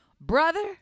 brother